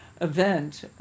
event